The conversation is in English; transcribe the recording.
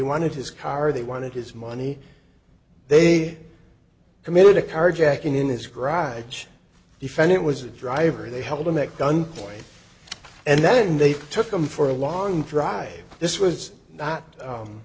wanted his car they wanted his money they committed a carjacking in his garage he found it was a driver they held him at gunpoint and then they took him for a long drive this was not